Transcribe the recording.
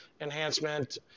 enhancement